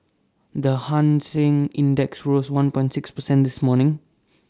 the hang Seng index rose one point six percent this morning